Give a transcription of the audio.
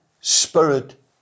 Spirit